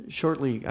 shortly